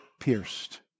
pierced